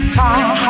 time